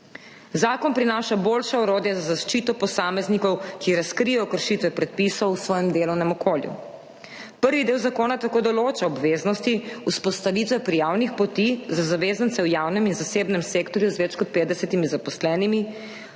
Zakon prinaša boljša orodja za zaščito posameznikov, ki razkrijejo kršitve predpisov v svojem delovnem okolju. Prvi del zakona tako določa obveznosti vzpostavitve prijavnih poti za zavezance v javnem in zasebnem sektorju z več kot 50 zaposlenimi,